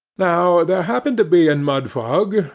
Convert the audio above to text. now there happened to be in mudfog,